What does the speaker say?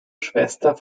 schwester